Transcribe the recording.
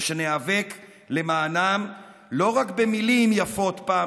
ושניאבק למענם לא רק במילים יפות פעם